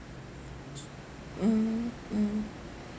mm mm